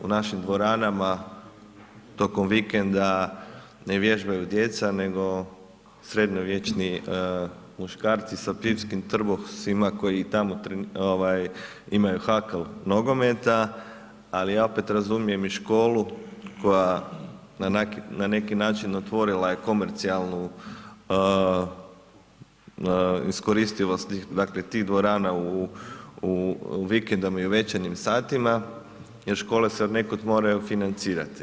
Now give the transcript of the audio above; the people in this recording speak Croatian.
U našim dvoranama tokom vikenda ne vježbaju djeca nego srednjovječni muškarci sa pivskim trbusima koji tamo imaju hakl nogometa ali ja opet razumijem i školu koja na neki način otvorila je komercijalnu iskoristivost dakle tih dvorana u vikendima i u večernjim satima jer škole se odnekud moraju financirati.